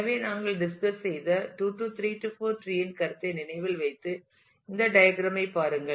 எனவே நாங்கள் டிஸ்கஸ் செய்த 2 3 4 டிரீஇன் கருத்தை நினைவில் வைத்து இந்த டயக்ராம் ஐ பாருங்கள்